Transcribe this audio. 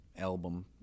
album